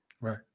Right